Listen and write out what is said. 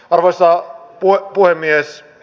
arvoisa puhemies